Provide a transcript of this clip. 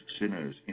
sinners